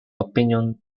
opinion